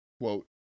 Quote